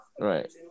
right